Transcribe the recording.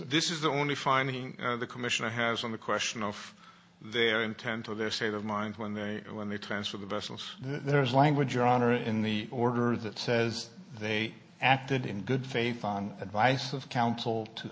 this is the only finding the commissioner has on the question of their intent or their state of mind when they when they transfer the vessels there's language your honor in the order that says they acted in good faith on advice of counsel to